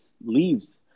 leaves